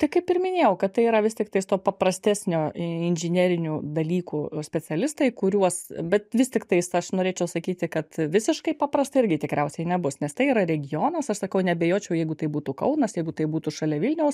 tai kaip ir minėjau kad tai yra vis tiktais to paprastesnio inžinerinių dalykų specialistai kuriuos bet vis tiktais aš norėčiau sakyti kad visiškai paprasta irgi tikriausiai nebus nes tai yra regionas aš sakau neabejočiau jeigu tai būtų kaunas jeigu tai būtų šalia vilniaus